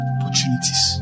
Opportunities